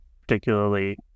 particularly